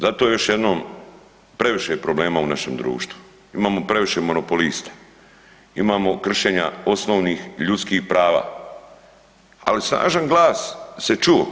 Zato još jednom previše je problema u našem društvu, imamo previše monopolista, imamo kršenja osnovnih ljudskih prava, ali snažan glas se čuo.